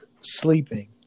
sleeping